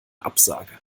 absage